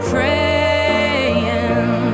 Praying